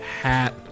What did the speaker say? hat